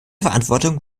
verantwortung